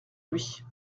lui